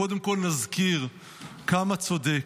קודם כול נזכיר כמה צודק,